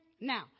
Now